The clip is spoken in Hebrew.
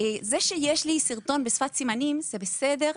זה שיש סרטון בשפת סימנים זה בסדר.